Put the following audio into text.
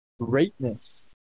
Greatness